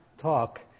talk